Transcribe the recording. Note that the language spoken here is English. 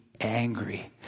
angry